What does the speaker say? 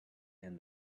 and